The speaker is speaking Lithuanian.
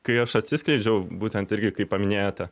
kai aš atsiskleidžiau būtent irgi kaip paminėjote